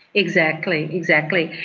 exactly, exactly.